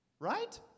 Right